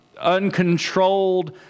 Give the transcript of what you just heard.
uncontrolled